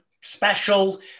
special